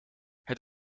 het